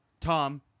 Tom